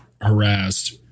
harassed